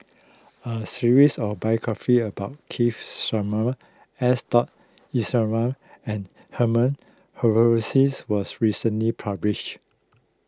a series of biographies about Keith Simmons S dot Iswaran and Herman was recently published